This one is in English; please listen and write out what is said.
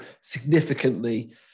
significantly